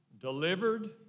delivered